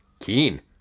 Keen